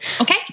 Okay